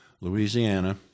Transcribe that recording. Louisiana